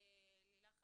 לילך,